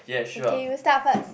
okay you start first